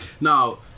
Now